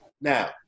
Now